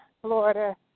Florida